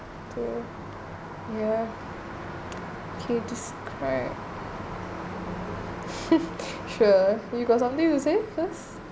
so ya okay describe sure you got something to say first